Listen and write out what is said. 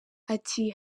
ati